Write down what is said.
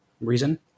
reason